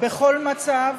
בכל מצב,